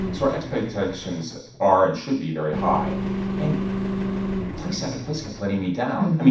so our expectations are, and should be, very high and place after place kept letting me down.